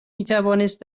میتوانست